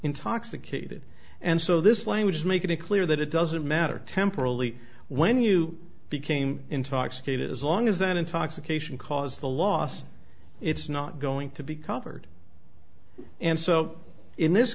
intoxicated and so this language is making it clear that it doesn't matter temporally when you became intoxicated as long as that intoxication caused the loss it's not going to be covered and so in this